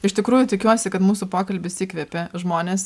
iš tikrųjų tikiuosi kad mūsų pokalbis įkvėpė žmones